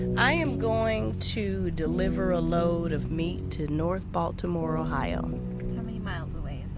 i am going to deliver a load of meat to north baltimore ohio. how many miles away